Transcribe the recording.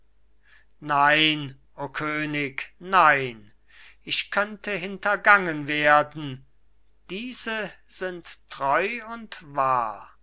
nein o könig nein ich könnte hintergangen werden diese sind treu und wahr